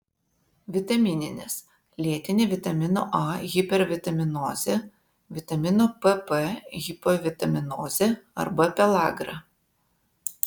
vitamininės lėtinė vitamino a hipervitaminozė vitamino pp hipovitaminozė arba pelagra